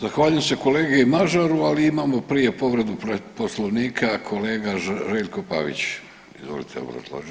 Zahvaljujem se kolegi Mažaru, ali imamo prije povredu Poslovnika, kolega Željko Pavić, izvolite.